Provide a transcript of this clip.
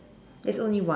there's only one